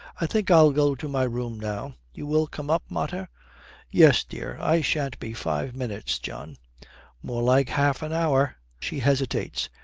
i think i'll go to my room now. you will come up, mater yes, dear. i shan't be five minutes, john more like half an hour she hesitates.